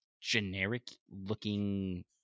generic-looking